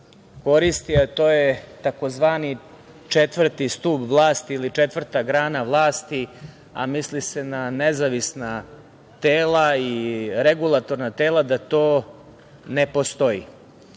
koristi, jer to je tzv. četvrti stub vlasti ili četvrta grana vlasti, a misli se na nezavisna tela i regulatorna tela, da to ne postoji,